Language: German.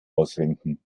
ausrenken